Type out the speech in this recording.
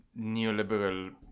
neoliberal